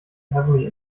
heavily